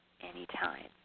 anytime